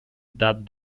that